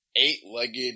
Eight-legged